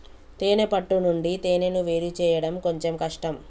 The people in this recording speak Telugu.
తేనే పట్టు నుండి తేనెను వేరుచేయడం కొంచెం కష్టం